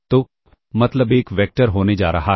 तो मतलब एक वेक्टर होने जा रहा है